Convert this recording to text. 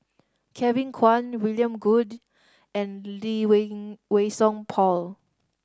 Kevin Kwan William Goode and Lee Wei Wei SongPaul